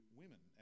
women